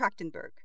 Trachtenberg